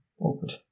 awkward